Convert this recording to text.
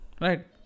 right